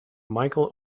michael